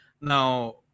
Now